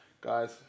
Guys